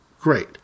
great